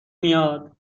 میاد